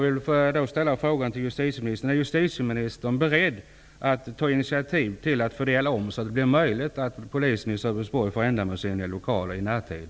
Sölvesborg får ändamålsenliga lokaler inom en nära framtid?